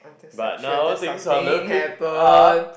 but now things are looking up